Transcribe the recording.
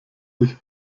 sich